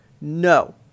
No